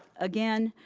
again,